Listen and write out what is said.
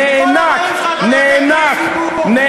תהיה מבסוט שהם מפגינים, כמו כל זוג צעיר.